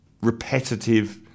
repetitive